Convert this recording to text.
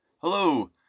Hello